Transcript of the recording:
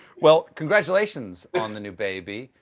well, congratulations on the new baby.